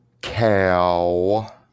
cow